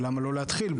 ולמה לא להתחיל בו?